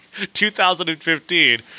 2015